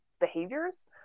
behaviors